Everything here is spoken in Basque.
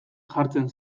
jartzen